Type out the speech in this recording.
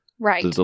Right